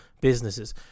businesses